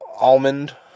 almond